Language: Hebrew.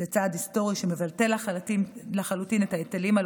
זה צעד היסטורי שמבטל לחלוטין את ההיטלים על